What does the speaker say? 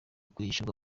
kwishyurwa